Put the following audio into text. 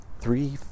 three